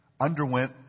underwent